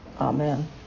Amen